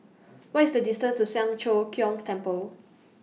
What IS The distance to Siang Cho Keong Temple